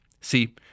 See